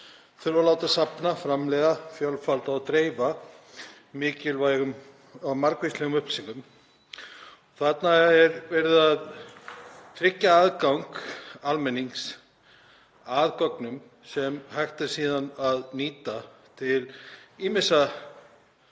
þurfa að láta safna, framleiða, fjölfalda og dreifa mikilvægum og margvíslegum upplýsingum. Þarna er verið að tryggja aðgang almennings að gögnum sem síðan er hægt að nýta á ýmsan